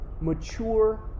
mature